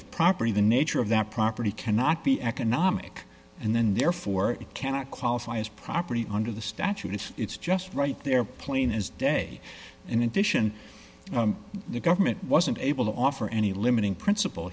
of property the nature of that property cannot be economic and then therefore it cannot qualify as property under the statute it's just right there plain as day in addition the government wasn't able offer any limiting princip